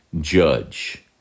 judge